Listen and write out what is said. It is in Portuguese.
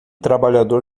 trabalhador